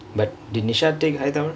but did nisha take higher tamil